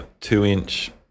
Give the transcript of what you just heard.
two-inch